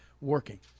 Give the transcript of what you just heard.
working